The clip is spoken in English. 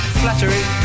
flattery